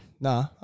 nah